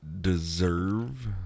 deserve